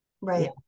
Right